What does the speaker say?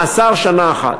מאסר שנה אחת".